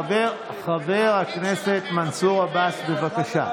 חבר הכנסת מנסור עבאס, בבקשה.